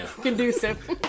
conducive